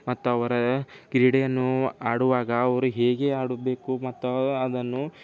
ಮತ್ತು ಅವರ ಕ್ರೀಡೆಯನ್ನು ಆಡುವಾಗ ಅವರು ಹೇಗೆ ಆಡಬೇಕು ಮತ್ತು ಅದನ್ನು